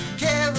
care